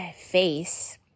face